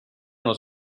was